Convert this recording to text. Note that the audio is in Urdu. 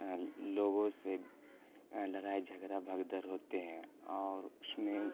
لوگوں سے لڑائی جھگڑا بھگدڑ ہوتے ہیں اور اس میں